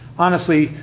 honestly,